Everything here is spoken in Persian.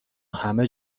همه